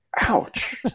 Ouch